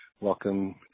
welcome